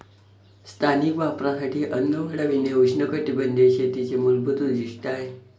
स्थानिक वापरासाठी अन्न वाढविणे उष्णकटिबंधीय शेतीचे मूलभूत उद्दीष्ट आहे